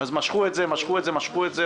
אז משכו את זה ומשכו את זה.